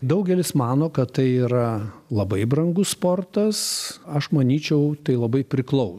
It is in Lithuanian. daugelis mano kad tai yra labai brangus sportas aš manyčiau tai labai priklau